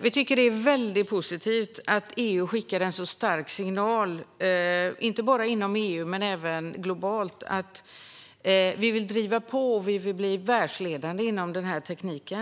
Vi tycker att det är väldigt positivt att EU skickar en så stark signal, inte bara inom EU utan även globalt, om att vi vill driva på och bli världsledande inom denna teknik.